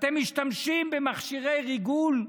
אתם משתמשים במכשירי ריגול,